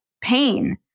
pain